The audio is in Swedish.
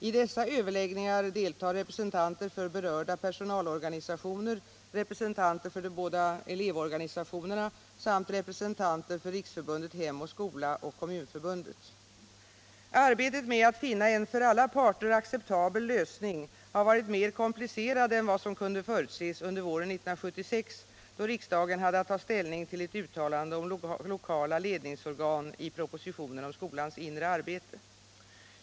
I dessa överläggningar deltar representanter för berörda personalorganisationer, representanter för de båda elevorganisationerna samt representanter för Riksförbundet Arbetet med att finna en för alla parter acceptabel lösning har varit mer komplicerat än vad som kunde förutses under våren 1976, då riksdagen hade att ta ställning till ett uttalande om lokala ledningsorgan i propositionen om skolans inre arbete.